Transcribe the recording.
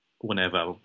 whenever